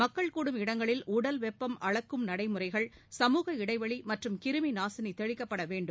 மக்கள் கூடும் இடங்களில் உடல் வெப்பம் அளக்கும் நடைமுறைகள் சமுக இடைவெளி மற்றும் கிருமி நாசினிகள் தெளிக்கப்பட வேண்டும்